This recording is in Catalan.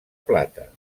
plata